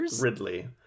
Ridley